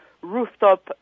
rooftop